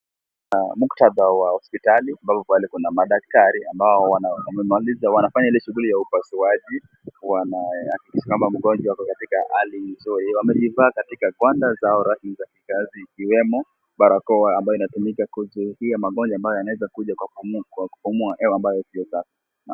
Muktadha wa hospitali ambapo pale kuna madaktari ambao wamemaliza wanafanya ile shughuli ya upasuaji ni kama mgonjwa ako katika hali isiyo . Wamejivaa katika gwanda zao za kikazi ikiwemo barakoa ambayo inatumiaka kuzuia magonjwa ambayo yanaweza kuja kwa kupumua hewa ambayo isiyo safi.